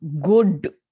good